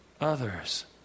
others